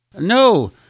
No